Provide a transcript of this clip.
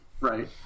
right